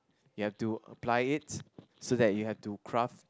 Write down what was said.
you have to apply it so that you have to craft